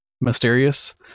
mysterious